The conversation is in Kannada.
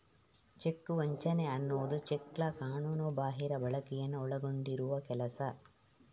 ಚೆಕ್ ವಂಚನೆ ಅನ್ನುದು ಚೆಕ್ಗಳ ಕಾನೂನುಬಾಹಿರ ಬಳಕೆಯನ್ನ ಒಳಗೊಂಡಿರುವ ಕೆಲಸ